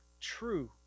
true